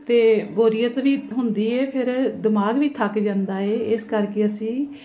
ਅਤੇ ਬੋਰੀਅਤ ਵੀ ਹੁੰਦੀ ਹੈ ਫਿਰ ਦਿਮਾਗ ਵੀ ਥੱਕ ਜਾਂਦਾ ਹੈ ਇਸ ਕਰਕੇ ਅਸੀਂ